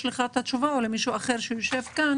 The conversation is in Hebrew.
לך תשובה או אולי למישהו אחר שיושב כאן